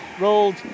rolled